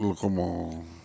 como